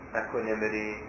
equanimity